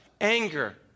anger